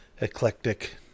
eclectic